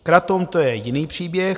Kratom, to je jiný příběh.